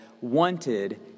wanted